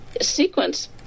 sequence